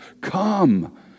Come